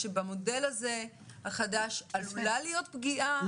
שבמודל הזה החדש עלולה להיות פגיעה ברשויות?